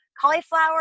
cauliflower